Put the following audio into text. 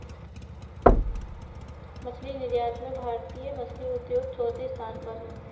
मछली निर्यात में भारतीय मछली उद्योग चौथे स्थान पर है